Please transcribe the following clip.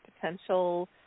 potential